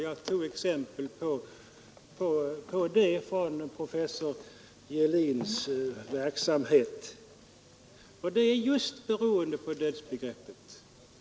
Jag tog ett exempel på det från professor Gelins verksamhet.